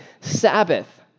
Sabbath